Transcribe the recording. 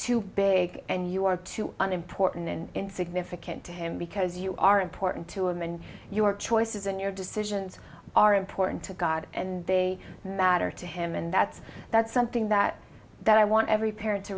too big and you are too unimportant and insignificant to him because you are important to him and your choices and your decisions are important to god and they matter to him and that's that's something that that i want every parent re